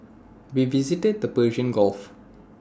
we visited the Persian gulf